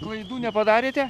klaidų nepadarėte